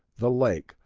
the lake,